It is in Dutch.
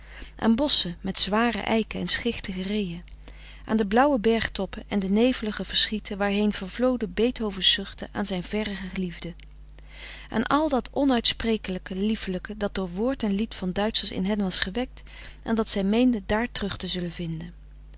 aan bosschen met zware eiken en schichtige reeën aan de blauwe bergtoppen en de nevelige verschieten waarheen vervloden beethovens zuchten aan zijn verre geliefde aan al dat onuitsprekelijke liefelijke dat door woord en lied van duitschers in hen was gewekt en dat zij meenden daar terug te zullen vinden